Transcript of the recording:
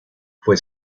fue